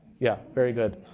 yeah, very good.